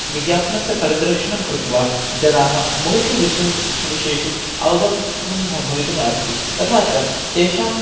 विज्ञापनस्य परिदर्शनं कृत्वा जनाः बहुषु विषय् विषयेषु अवगमनं ह भवितुम् अर्हति तथा च तेषाम्